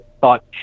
thought